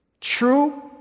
True